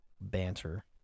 banter